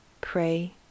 pray